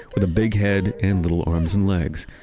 with a big head, and little arms and legs.